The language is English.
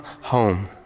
home